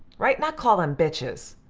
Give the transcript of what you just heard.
right? not call them bitches.